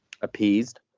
appeased